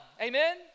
Amen